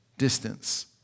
distance